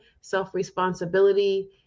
self-responsibility